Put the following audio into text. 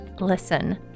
listen